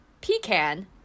pecan